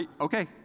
okay